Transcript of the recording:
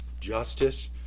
justice